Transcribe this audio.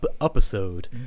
episode